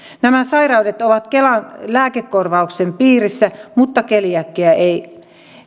nämä sairaudet ovat kelan lääkekorvauksen piirissä mutta keliakia ei